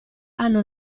hanno